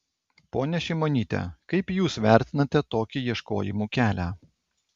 ponia šimonyte kaip jūs vertinate tokį ieškojimų kelią